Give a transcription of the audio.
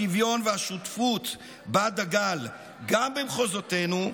השוויון והשותפות שבה דגל גם במחוזותינו,